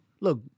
Look